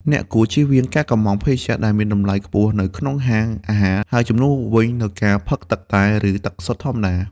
អ្នកគួរជៀសវាងការកុម្ម៉ង់ភេសជ្ជៈដែលមានតម្លៃខ្ពស់នៅក្នុងហាងអាហារ ហើយជំនួសមកវិញនូវការផឹកទឹកតែ ឬទឹកសុទ្ធធម្មតា។